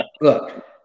look